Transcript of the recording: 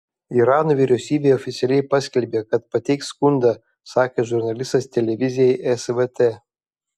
irano vyriausybė oficialiai paskelbė kad pateiks skundą sakė žurnalistas televizijai svt